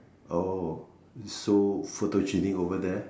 oh is so photogenic over there